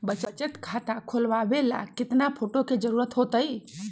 बचत खाता खोलबाबे ला केतना फोटो के जरूरत होतई?